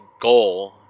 goal